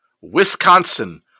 wisconsin